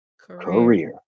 career